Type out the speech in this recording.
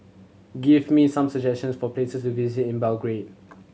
give me some suggestions for places to visit in Belgrade